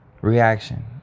reaction